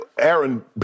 Aaron